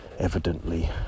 evidently